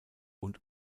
und